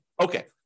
Okay